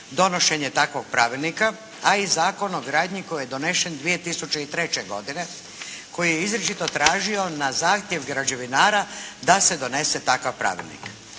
donošenje takvog pravilnika, a i Zakon o gradnji koji je donesen 2003. godine koji je izričito tražio na zahtjev građevinara da se donese takav pravilnik.